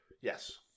Yes